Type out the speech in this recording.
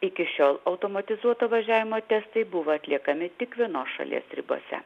iki šiol automatizuoto važiavimo testai buvo atliekami tik vienos šalies ribose